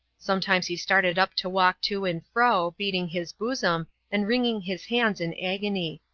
sometimes he started up to walk to and fro, beating his bosom, and wringing his hands in agony.